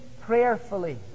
Prayerfully